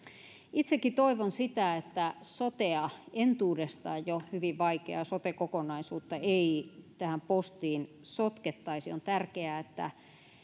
itsekin toivon sitä että sotea entuudestaan jo hyvin vaikeaa sote kokonaisuutta ei tähän postiin sotkettaisi on tärkeää että